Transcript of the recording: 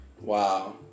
Wow